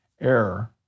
error